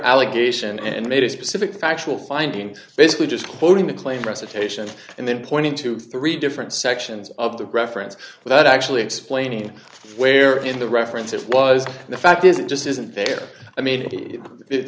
allegation and made a specific factual findings basically just quoting the claim recitation and then pointing to three different sections of the reference without actually explaining where in the reference it was the fact is it just isn't there i mean it